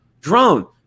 drone